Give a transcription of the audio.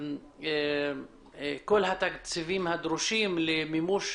כל התקציבים הדרושים למימוש